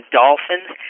dolphins